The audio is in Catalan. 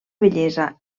bellesa